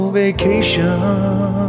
vacation